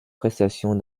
prestations